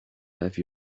have